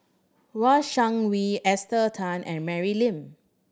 Shang Wei Esther Tan and Mary Lim